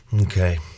okay